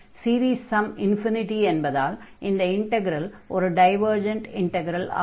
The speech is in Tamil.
சீரீஸ் ஸம் என்பதால் இந்த இன்டக்ரல் ஒரு டைவர்ஜன்ட் இன்டக்ரல் ஆகும்